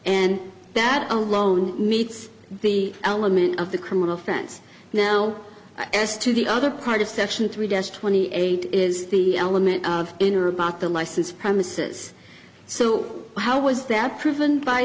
and that alone meets the element of the criminal offense now as to the other part of section three deaths twenty eight is the element of in or about the licensed premises so how was that proven by